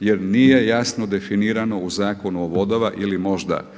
jer nije jasno definirano u Zakonu o vodama ili možda